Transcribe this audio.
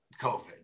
COVID